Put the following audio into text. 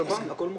הכול מוכן,